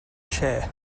chair